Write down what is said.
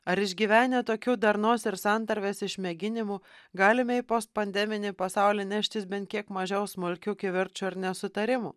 ar išgyvenę tokiu darnos ir santarvės išmėginimu galime į post pandeminį pasaulį neštis bent kiek mažiau smulkių kivirčų ar nesutarimų